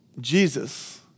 Jesus